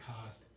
cost